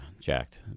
jacked